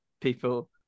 people